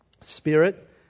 Spirit